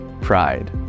pride